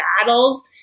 battles